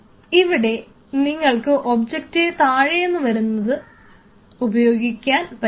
ഇവിടെ നിങ്ങൾക്ക് ഒബ്ജക്ടീവ് താഴേന്നു വരുന്നത് ഉപയോഗിക്കാൻ പറ്റും